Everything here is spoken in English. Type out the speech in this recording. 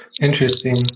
Interesting